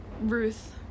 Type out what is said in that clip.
Ruth